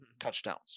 touchdowns